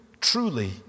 truly